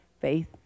faith